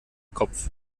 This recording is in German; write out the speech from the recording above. kopf